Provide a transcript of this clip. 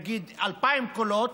נגיד 2,000 קולות,